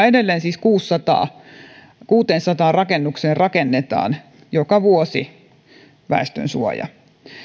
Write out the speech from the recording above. edelleen siis kuuteensataan rakennukseen rakennetaan joka vuosi väestönsuoja